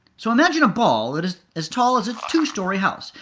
so imagine a ball that is as tall as a two-story house.